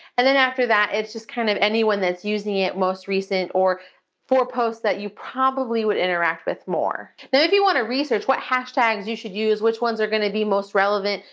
and then after that, it's just kind of anyone that's using it most recent or for posts that you probably would interact with more. now, if you want to research what hashtags you should use, which ones are gonna be most relevant,